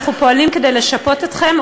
אנחנו פועלים כדי לשפות אתכם,